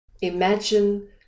Imagine